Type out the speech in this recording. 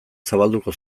zabalduko